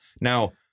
now